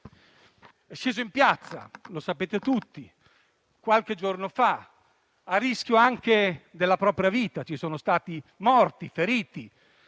è sceso in piazza, come sapete tutti, qualche giorno fa, a rischio anche della propria vita. Ci sono stati morti e feriti